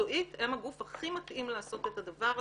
מקצועית הם הגוף הכי מתאים לעשות את הדבר הזה.